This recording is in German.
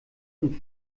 und